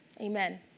Amen